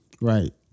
Right